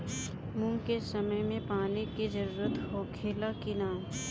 मूंग के समय मे पानी के जरूरत होखे ला कि ना?